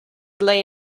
lay